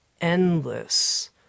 endless